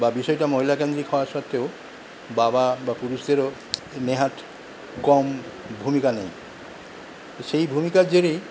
বা বিষয়টা মহিলাকেন্দ্রিক হওয়া সত্ত্বেও বাবা বা পুরুষদেরও নেহাত কম ভূমিকা নেই সেই ভূমিকার জেরেই